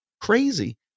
crazy